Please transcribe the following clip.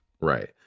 Right